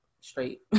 straight